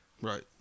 Right